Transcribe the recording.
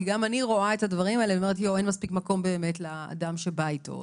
כי גם אני רואה את הדברים האלה ואומרת: אין מספיק מקום לאדם שבא איתו,